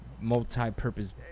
multi-purpose